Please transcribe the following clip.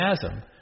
chasm